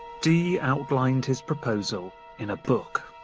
dee outlined his proposal in a book.